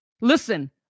listen